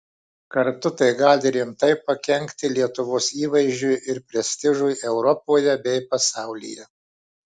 kartu tai gali rimtai pakenkti lietuvos įvaizdžiui ir prestižui europoje bei pasaulyje